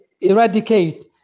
eradicate